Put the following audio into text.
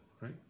right